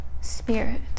spirit